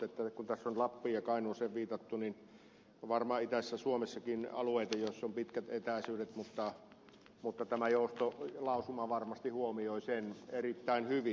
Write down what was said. tietysti kun tässä on lappiin ja kainuuseen viitattu varmaan itäisessäkin suomessa on alueita joilla on pitkät etäisyydet mutta tämä joustolausuma varmasti huomioi sen erittäin hyvin